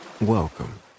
Welcome